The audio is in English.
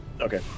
Okay